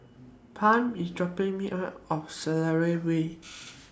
Pam IS dropping Me off of Selarang Way